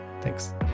thanks